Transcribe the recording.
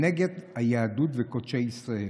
נגד היהדות וקודשי ישראל.